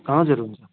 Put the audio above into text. हजुर हुन्छ